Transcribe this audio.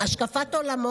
והשקפת עולמו